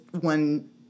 one